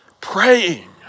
praying